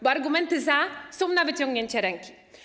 Bo argumenty za są na wyciągnięcie ręki.